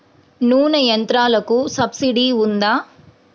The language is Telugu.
నూనె యంత్రాలకు సబ్సిడీ ఉందా?